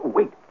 Wait